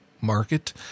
market